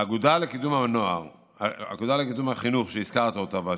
האגודה לקידום החינוך, שהזכרת אותה בשאילתה,